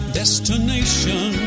destination